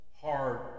hard